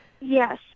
Yes